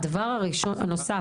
הדבר הנוסף,